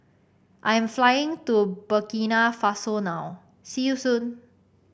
I am flying to Burkina Faso now see you soon